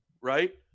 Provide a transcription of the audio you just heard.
Right